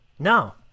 No